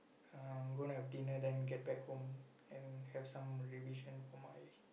uh gonna have dinner then get back home and have some revision for my